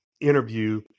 interview